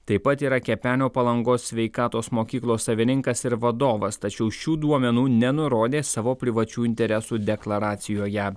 taip pat yra kepenio palangos sveikatos mokyklos savininkas ir vadovas tačiau šių duomenų nenurodė savo privačių interesų deklaracijoje